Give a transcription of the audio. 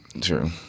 True